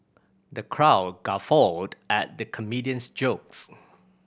the crowd guffawed at the comedian's jokes